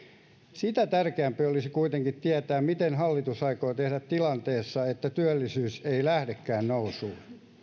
sitä tärkeämpi olisi kuitenkin tietää mitä hallitus aikoo tehdä tilanteessa jossa työllisyys ei lähdekään nousuun